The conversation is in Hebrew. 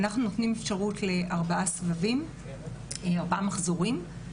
אנחנו נותנים אפשרות ל-4 סבבים, 4 מחזורים,